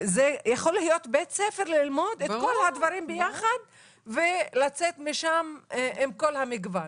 זה יכול להיות בית ספר ללמוד את כל הדברים ביחד ולצאת משם עם כל המגוון.